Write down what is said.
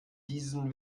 diesen